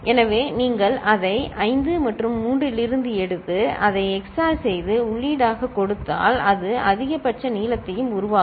எனவே நீங்கள் அதை 5 மற்றும் 3 இலிருந்து எடுத்து அதை XOR செய்து உள்ளீடாக கொடுத்தால் அது அதிகபட்ச நீளத்தையும் உருவாக்கும்